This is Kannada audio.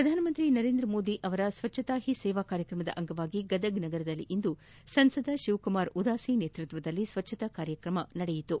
ಪ್ರಧಾನಮಂತ್ರಿ ನರೇಂದ್ರ ಮೋದಿಯವರ ಸ್ವಚ್ಛತಾ ಹೀ ಸೇವಾ ಕಾರ್ಯಕ್ರಮದ ಅಂಗವಾಗಿ ಗದಗ ನಗರದಲ್ಲಿಂದು ಸಂಸದ ಶಿವಕುಮಾರ ಉದಾಸಿ ನೇತೃತ್ವದಲ್ಲಿ ಸ್ವಚ್ದತಾ ಕಾರ್ಯಕ್ರಮ ನಡೆಯಿತು